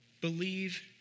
Believe